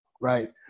right